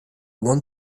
want